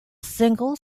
single